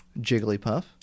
Jigglypuff